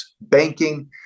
banking